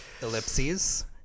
Ellipses